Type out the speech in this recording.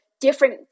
different